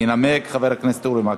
ינמק חבר הכנסת אורי מקלב.